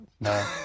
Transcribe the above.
no